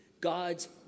God's